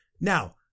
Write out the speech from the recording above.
Now